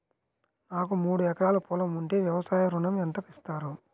నాకు మూడు ఎకరాలు పొలం ఉంటే వ్యవసాయ ఋణం ఎంత ఇస్తారు?